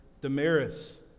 Damaris